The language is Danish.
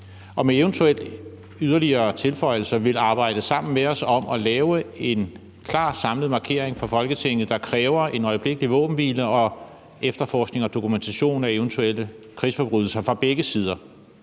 og eventuelt med yderligere tilføjelser vil arbejde sammen med os om at lave en klar samlet markering fra Folketinget, der kræver en øjeblikkelig våbenhvile og efterforskning og dokumentation af eventuelle krigsforbrydelser fra begge sider